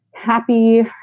Happy